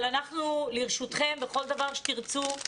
אבל אנחנו לרשותכם בכל דבר שתרצו,